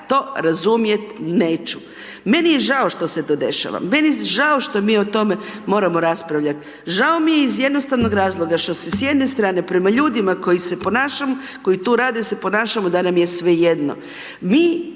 to razumjet neću. Meni je žao što se to dešava, meni je žao što mi o tome moramo raspravljat, žao mi je iz jednostavnog razloga što se s jedne strane prema ljudima koji se ponašamo, koji tu rade se ponašamo da nam je svejedno. Mi